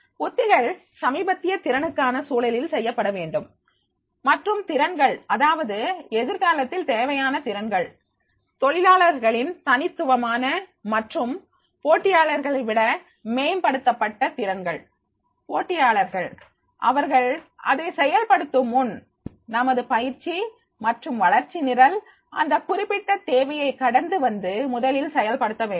உத்திகள் சமீபத்திய திறனுக்கான சூழலில் செய்யப்பட வேண்டும் மற்றும் திறன்கள் அதாவது எதிர்காலத்தில் தேவையான திறன்கள் தொழிலாளர்களின் தனித்துவமான மற்றும் போட்டியாளர்களை விட மேம்படுத்தப்பட்ட திறன்கள் போட்டியாளர்கள் அவர்கள் அதை செயல்படுத்தும் முன் நமது பயிற்சி மற்றும் வளர்ச்சி நிரல் அந்த குறிப்பிட்ட தேவையை கடந்து வந்து முதலில் செயல்படுத்த வேண்டும்